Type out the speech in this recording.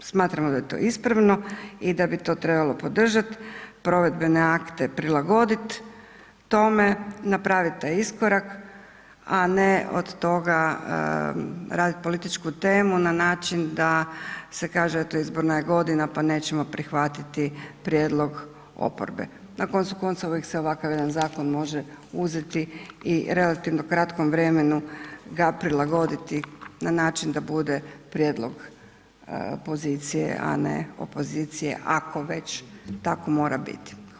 Smatramo da je to ispravno i da bi to trebalo podržat, provedbene akte prilagodit tome, napravit taj iskorak, a ne od toga radit političku temu na način da se kaže da je to izborna godina, pa nećemo prihvatiti prijedlog oporbe, na koncu konca uvijek se ovakav jedan zakon može uzeti i relativno u kratkom vremenu ga prilagoditi na način da bude prijedlog pozicije, a ne opozicije ako već tako mora biti.